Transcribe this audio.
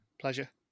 Pleasure